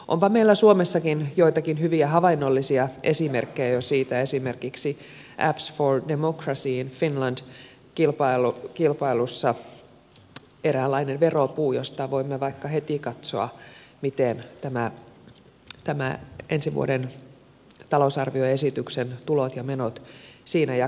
onpa meillä suomessakin joitakin hyviä havainnollisia esimerkkejä jo siitä esimerkiksi apps for democracy finland kilpailussa eräänlainen veropuu josta voimme vaikka heti katsoa miten ensi vuoden talousarvioesityksen tulot ja menot siinä jakautuvat